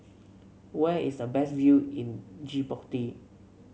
where is the best view in Djibouti